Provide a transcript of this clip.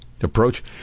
approach